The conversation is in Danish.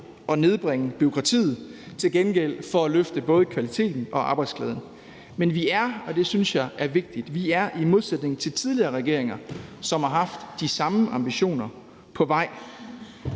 at nedbringe bureaukratiet for til gengæld at løfte både kvaliteten og arbejdsglæden. Men vi er – og det synes jeg er vigtigt – i modsætning til tidligere regeringer, som har haft de samme ambitioner, på vej.